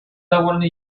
довольно